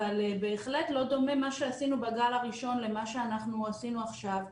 אבל בהחלט לא דומה מה שעשינו בגל הראשון למה שאנחנו עשינו עכשיו.